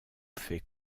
fait